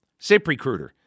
ZipRecruiter